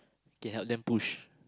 can help them push